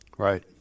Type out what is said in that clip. Right